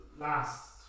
last